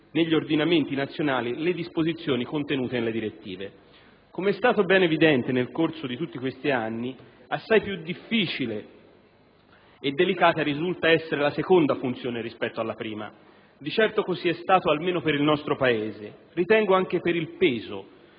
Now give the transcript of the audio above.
negli ordinamenti nazionali le disposizioni contenute nelle direttive. Come è stato ben evidente nel corso di tutti questi anni, assai più difficile e delicata risulta essere la seconda funzione rispetto alla prima. Di certo così è stato almeno per il nostro Paese, ritengo anche per il peso